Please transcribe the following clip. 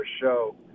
show